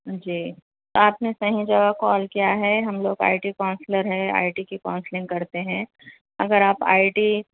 جی آپ نے صحیح جگہ کال کیا ہے ہم لوگ آئی ٹی کاؤنسلر ہیں آئی ٹی کی کاؤنسلنگ کرتے ہیں اگر آپ آئی ٹی